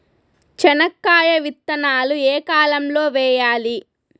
చెనక్కాయ విత్తనాలు ఏ కాలం లో వేయాలి?